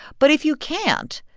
but if you can't,